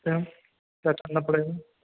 سر ہم کیا کرنا پڑے گا